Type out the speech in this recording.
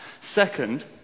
Second